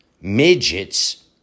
midgets